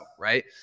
right